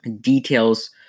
details